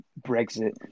Brexit